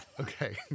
Okay